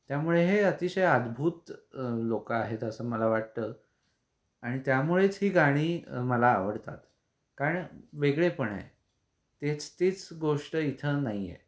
त्यामुळे हे अतिशय अद्भुत लोक आहेत असं मला वाटतं आणि त्यामुळेच ही गाणी मला आवडतात कारण वेगळेपण आहे तेच तीच गोष्ट इथं नाही आहे